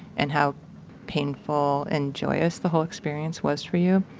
and how painful and joyous the whole experience was for you.